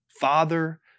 Father